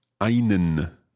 einen